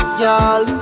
y'all